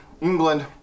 England